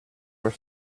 were